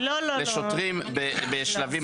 לשוטרים בשלבים התחלתיים.